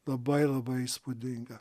labai labai įspūdinga